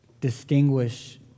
distinguish